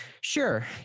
sure